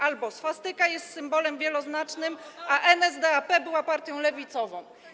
Albo: Swastyka jest symbolem wieloznacznym, a NSDAP było partią lewicową.